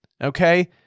okay